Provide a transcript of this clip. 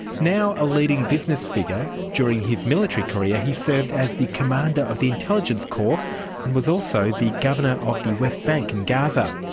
now a leading business figure, during his military career he served as the commander of the intelligence corps and was also the governor of the west bank in gaza.